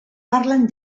parlen